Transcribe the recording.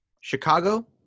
Chicago